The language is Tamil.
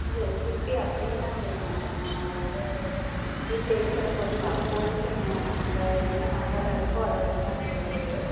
ரெசிபி அப்படியெல்லாம் செய்யமாட்டேங்க அது வந்து வீட்டில் இருக்கிற பொருள் அப்போதைக்கு என்ன நமக்கு எந்த மசாலா இருக்கோ அதை வச்சுதான் செய்யிறது